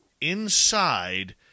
inside